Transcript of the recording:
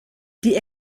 die